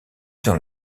dans